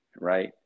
Right